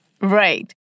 Right